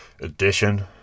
edition